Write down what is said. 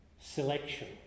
selection